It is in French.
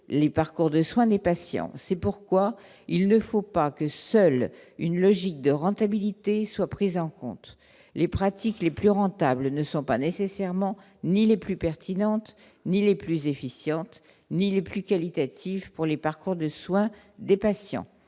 les parcours de soins des patients, c'est pourquoi il ne faut pas que seule une logique de rentabilité soit pris en compte les pratiques les plus rentables ne sont pas nécessairement ni les plus pertinentes, ni les plus efficientes, ni les plus qualitative pour les parcours de soin des patients,